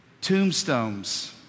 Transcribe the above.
tombstones